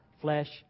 flesh